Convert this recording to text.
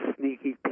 Sneaky